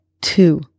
two